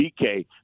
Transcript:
DK